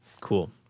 Cool